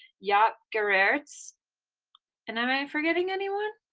jaap geararts and am i forgetting anyone?